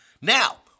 Now